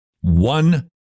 one